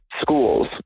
schools